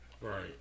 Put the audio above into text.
Right